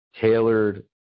tailored